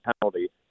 penalty